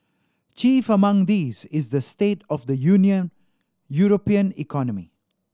chief among these is the state of the Union European economy